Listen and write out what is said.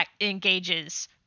engages